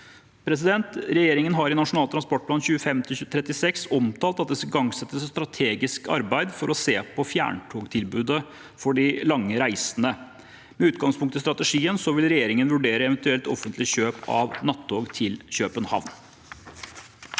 2028–2029. Regjeringen har i Nasjonal transportplan 2025– 2036 omtalt at det skal igangsettes et strategisk arbeid for å se på fjerntogtilbudet for de lange reisene. Med utgangspunkt i strategien vil regjeringen vurdere eventuelt offentlig kjøp av nattog til København.